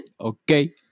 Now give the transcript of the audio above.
Okay